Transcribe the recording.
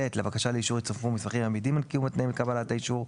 (ב) לבקשה לאישור יצורפו מסמכים המעידים על קיום התנאים לקבלת האישור,